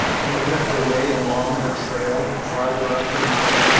he led the way along the trail, farther up the mountain,